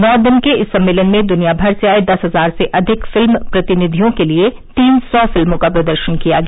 नौ दिन के इस सम्मेलन में दुनिया भर से आए दस हजार से अधिक फिल्म प्रतिनिधियों के लिए तीन सौ फिल्मों का प्रदर्शन किया गया